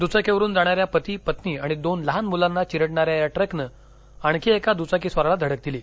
दुचाकीवरून जाणाऱ्या पती पत्नी आणि दोन लहान मुलांना चिरडणाऱ्या या ट्रकनं आणखी एका दुचाकी स्वराला धडक दिली